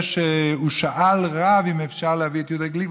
שהוא שאל רב אם אפשר להביא את יהודה גליק,